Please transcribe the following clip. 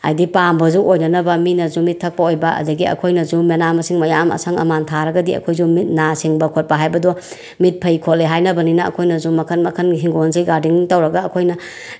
ꯍꯥꯏꯗꯤ ꯄꯥꯝꯕꯁꯨ ꯑꯣꯏꯗꯅꯕ ꯃꯤꯅꯁꯨ ꯃꯤꯠ ꯊꯛꯄ ꯑꯣꯏꯕ ꯑꯗꯒꯤ ꯑꯩꯈꯣꯏꯅꯁꯨ ꯃꯅꯥ ꯃꯁꯤꯡ ꯃꯌꯥꯝ ꯑꯁꯪ ꯑꯃꯥꯟ ꯊꯥꯔꯒꯗꯤ ꯑꯩꯈꯣꯏꯁꯨ ꯃꯤꯠ ꯅꯥ ꯁꯤꯡꯕ ꯈꯣꯠꯄ ꯍꯥꯏꯕꯗꯣ ꯃꯤꯠ ꯐꯩ ꯈꯣꯠꯂꯤ ꯍꯥꯏꯅꯕꯅꯤꯅ ꯑꯩꯈꯣꯏꯅꯁꯨ ꯃꯈꯜ ꯃꯈꯜꯒꯤ ꯏꯪꯈꯣꯜꯁꯦ ꯒꯥꯔꯗꯦꯅꯤꯡ ꯇꯧꯔꯒ ꯑꯩꯈꯣꯏꯅ